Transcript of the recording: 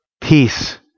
Peace